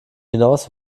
hinaus